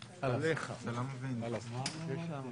אנחנו מתנצלים, שוב, על האיחור הקל.